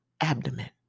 abdomen